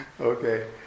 Okay